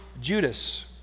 Judas